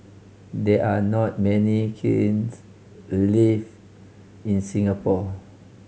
there are not many kilns leaf in Singapore